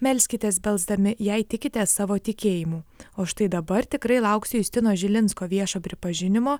melskitės belsdami jei tikite savo tikėjimu o štai dabar tikrai lauksiu justino žilinsko viešo pripažinimo